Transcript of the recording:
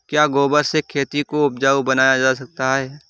क्या गोबर से खेती को उपजाउ बनाया जा सकता है?